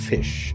Fish